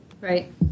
Right